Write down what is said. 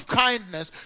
kindness